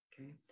okay